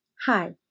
Hi